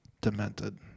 demented